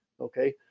okay